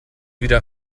wieder